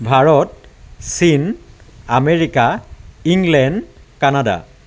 ভাৰত চীন America England Canada